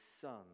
son